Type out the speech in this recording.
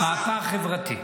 מהפך חברתי.